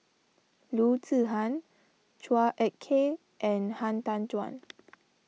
Loo Zihan Chua Ek Kay and Han Tan Juan